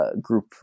group